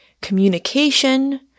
communication